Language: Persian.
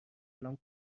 الان